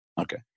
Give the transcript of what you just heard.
okay